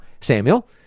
Samuel